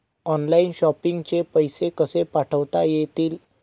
Online shopping चे पैसे कसे पाठवता येतील?